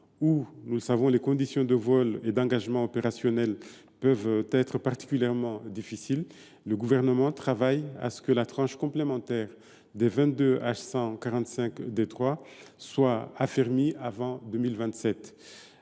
Briançon, où les conditions de vol et d’engagement opérationnel peuvent être particulièrement difficiles, nous travaillons à ce que la tranche complémentaire des vingt deux H145 D3 soit affermie avant 2027.